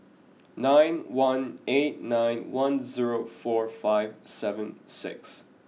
nine one eight nine one zero four five seven six